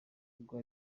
ubwo